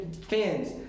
fans